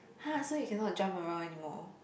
!huh! so you cannot jump around anymore